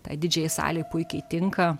tai didžiajai salei puikiai tinka